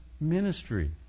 ministry